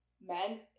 men